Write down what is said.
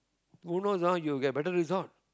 who knows ah you'll get better result